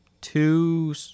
two